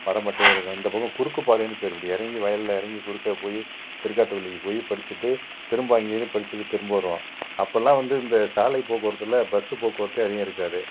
தரை மட்டும் இருக்கும் இந்த பக்கம் குறுக்கு பாதையின்னு பேர் இப்படி இறங்கி வயலில் இறங்கி குறுக்கே போய் திருக்காட்டுப்பள்ளிக்கு போய் படிச்சுட்டு திரும்ப அங்கேயிருந்து படிச்சுட்டு திரும்ப வருவோம் அப்போவெல்லாம் வந்து இந்த சாலை போக்குவரத்தில் பஸ்ஸு போக்குவரத்தே அதிகம் இருக்காது